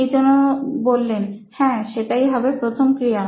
নিতিন হ্যাঁ সেটাই হবে প্রথম ক্রিয়া